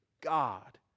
God